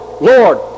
Lord